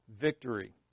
victory